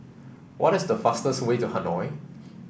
what is the fastest way to Hanoi